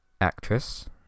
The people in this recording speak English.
actress